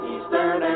Eastern